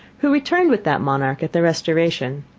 who returned with that monarch at the restoration.